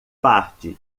parte